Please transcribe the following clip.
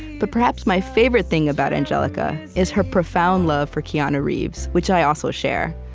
but perhaps my favorite thing about angelica is her profound love for keanu reeves, which i also share.